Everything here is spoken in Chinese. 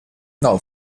听到